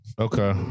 Okay